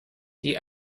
die